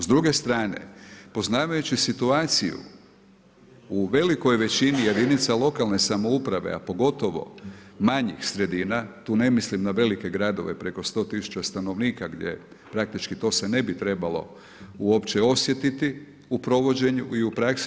S druge strane poznavajući situaciju u velikoj većini jedinica lokalne samouprave, a pogotovo manjih sredina, tu ne mislim na velike gradove preko 100 000 stanovnika gdje praktički to se ne bi trebalo uopće osjetiti u provođenju i u praksi.